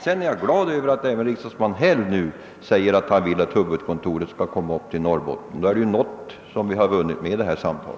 Sedan är jag glad över att riksdagsman Häll vill att huvudkontoret skall placeras i Norrbotten. Då har vi ändå vunnit något med dessa samtal.